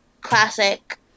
classic